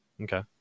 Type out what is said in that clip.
okay